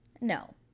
No